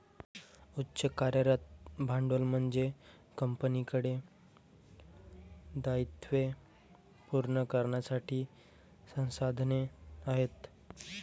उच्च कार्यरत भांडवल म्हणजे कंपनीकडे दायित्वे पूर्ण करण्यासाठी संसाधने आहेत